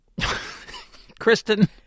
Kristen